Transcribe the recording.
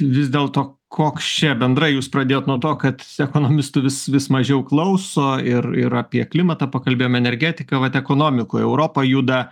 vis dėlto koks čia bendrai jūs pradėjot nuo to kad ekonomistų vis vis mažiau klauso ir ir apie klimatą pakalbėjome energetiką vat ekonomikoj europa juda